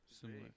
similar